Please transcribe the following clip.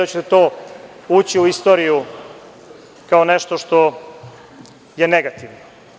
Mislim da će to ući u istoriju kao nešto što je negativno.